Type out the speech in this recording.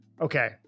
Okay